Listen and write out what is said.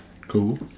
cool